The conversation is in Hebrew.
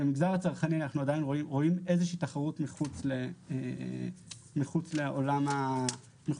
במגזר הצרכני אנחנו עדיין רואים איזו שהיא תחרות מחוץ לעולם הבנקאי,